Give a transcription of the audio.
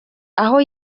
aho